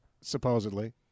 supposedly